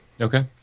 Okay